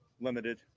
limited